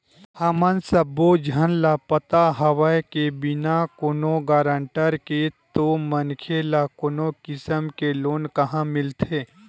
हमन सब्बो झन ल पता हवय के बिना कोनो गारंटर के तो मनखे ल कोनो किसम के लोन काँहा मिलथे